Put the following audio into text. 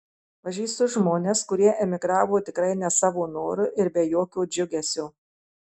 pažįstu žmones kurie emigravo tikrai ne savo noru ir be jokio džiugesio